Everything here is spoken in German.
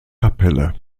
kapelle